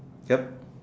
yup